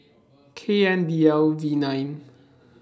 K N D L V nine